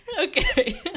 Okay